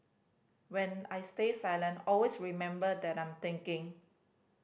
when I stay silent always remember that I'm thinking